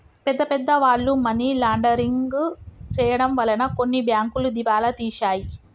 పెద్ద పెద్ద వాళ్ళు మనీ లాండరింగ్ చేయడం వలన కొన్ని బ్యాంకులు దివాలా తీశాయి